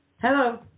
Hello